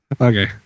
Okay